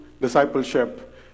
discipleship